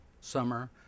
summer